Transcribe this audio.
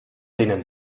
denen